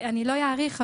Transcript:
אני לא אאריך,